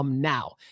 now